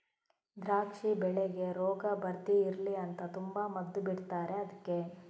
ದ್ರಾಕ್ಷಿ ಬೆಳೆಗೆ ರೋಗ ಬರ್ದೇ ಇರ್ಲಿ ಅಂತ ತುಂಬಾ ಮದ್ದು ಬಿಡ್ತಾರೆ ಅದ್ಕೆ